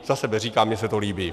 Za sebe říkám, mně se to líbí.